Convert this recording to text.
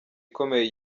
ikomeye